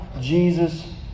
Jesus